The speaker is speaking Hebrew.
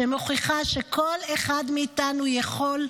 שמוכיחה שכל אחד מאיתנו יכול,